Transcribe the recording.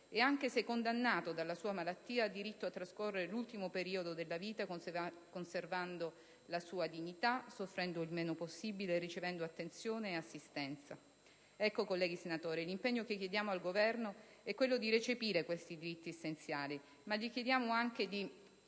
e, anche se condannato dalla sua malattia, ha diritto a trascorrere l'ultimo periodo della vita conservando la propria dignità, soffrendo il meno possibile e ricevendo attenzione e assistenza. Colleghi senatori, l'impegno che chiediamo al Governo è quello di recepire questi diritti essenziali, ma gli chiediamo anche di